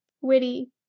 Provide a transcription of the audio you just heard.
witty